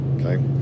Okay